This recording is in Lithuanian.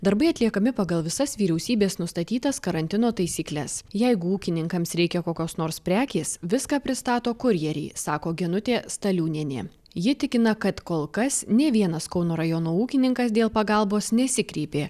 darbai atliekami pagal visas vyriausybės nustatytas karantino taisykles jeigu ūkininkams reikia kokios nors prekės viską pristato kurjeriai sako genutė staliūnienė ji tikina kad kol kas nė vienas kauno rajono ūkininkas dėl pagalbos nesikreipė